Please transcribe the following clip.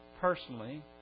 personally